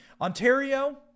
Ontario